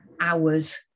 hours